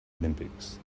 olympics